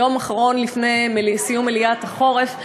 יום לפני סיום מליאת הקיץ,